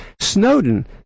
Snowden